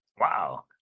Wow